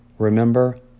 Remember